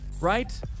right